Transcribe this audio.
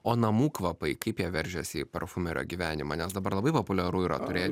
o namų kvapai kaip jie veržiasi į parfumerio gyvenimą nes dabar labai populiaru yra turėti